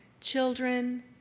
children